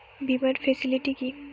বীমার ফেসিলিটি কি?